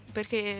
Perché